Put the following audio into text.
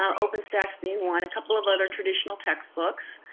um openstax being one. a couple of other traditional textbooks.